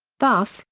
thus,